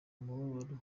umubabaro